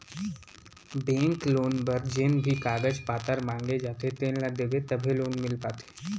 bank loan बर जेन भी कागज पातर मांगे जाथे तेन ल देबे तभे लोन मिल पाथे